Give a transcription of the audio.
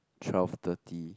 twelve thirty